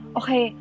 okay